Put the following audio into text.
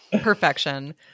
perfection